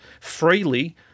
freely